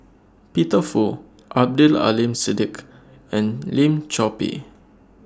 Peter Fu Abdul Aleem Siddique and Lim Chor Pee